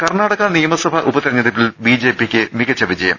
കർണാടക നിയമസഭാ ഉപതെരഞ്ഞെടുപ്പിൽ ബിജെപിക്ക് മികച്ച വിജയം